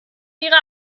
ihre